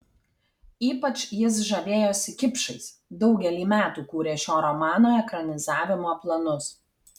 ypač jis žavėjosi kipšais daugelį metų kūrė šio romano ekranizavimo planus